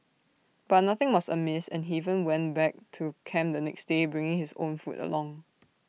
but nothing was amiss and he even went back to camp the next day bringing his own food along